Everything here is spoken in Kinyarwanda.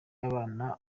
abana